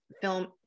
film